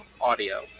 audio